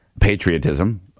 patriotism